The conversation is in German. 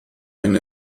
ein